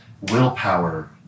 willpower